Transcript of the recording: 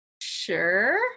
Sure